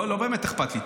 לא באמת אכפת לי.